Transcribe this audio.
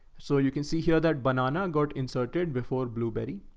so you can see here that banana got inserted before blueberry,